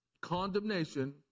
condemnation